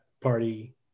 party